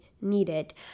needed